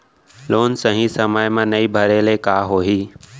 Loan सही समय मा नई भरे ले का होही?